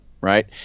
right